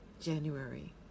January